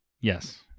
Yes